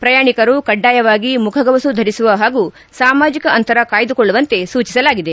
ಪ್ರಯಾಣಿಕರು ಕಡ್ಡಾಯವಾಗಿ ಮುಖಗವಸು ಧರಿಸುವ ಹಾಗೂ ಸಾಮಾಜಿಕ ಅಂತರ ಕಾಯ್ದುಕೊಳ್ಳುವಂತೆ ಸೂಚಿಸಲಾಗಿದೆ